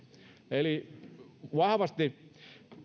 näen että vahvasti